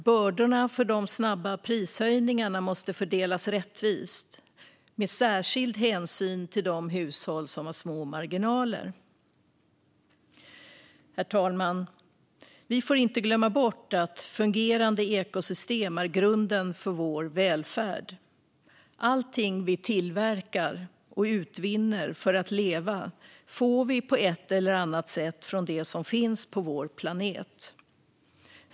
Bördorna för de snabba prishöjningarna måste fördelas rättvist, med särskild hänsyn till de hushåll som har små marginaler. Herr talman! Vi får inte glömma bort att fungerande ekosystem är grunden för vår välfärd. Allting vi tillverkar och utvinner för att leva får vi på ett eller annat sätt från det som finns på vår planet.